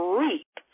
reap